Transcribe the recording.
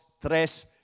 tres